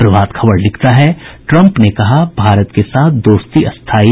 प्रभात खबर लिखता है ट्रंप ने कहा भारत के साथ दोस्ती स्थायी